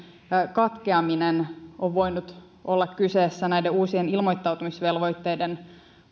katkeaminen on voinut olla kyseessä näiden uusien ilmoittautumisvelvoitteiden